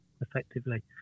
effectively